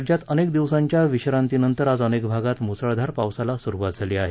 राज्यात अनेक दिवसांच्या विश्रांतीनंतर आज अनेक भागात मुसळधार पावसाला सुरुवात झाली आहे